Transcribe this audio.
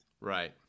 Right